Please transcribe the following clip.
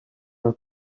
are